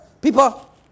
People